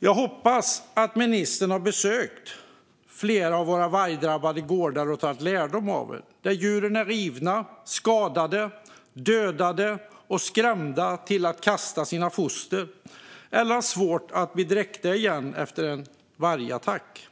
Jag hoppas att ministern har besökt flera av våra vargdrabbade gårdar och tagit lärdom av detta - där djuren är rivna, skadade, dödade och skrämda till att kasta sina foster, eller har svårt att bli dräktiga igen efter en vargattack.